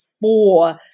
four